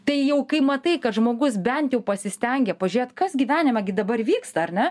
tai jau kai matai kad žmogus bent jau pasistengė pažiūrėt kas gyvenime gi dabar vyksta ar ne